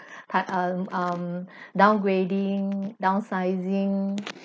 but um um downgrading downsizing